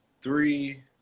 Three